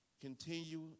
Continue